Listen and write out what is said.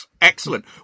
Excellent